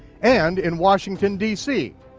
and in washington, dc.